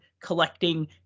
Collecting